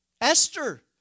Esther